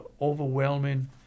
overwhelming